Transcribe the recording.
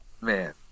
man